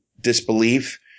disbelief